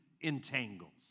entangles